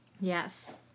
Yes